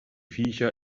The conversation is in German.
viecher